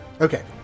Okay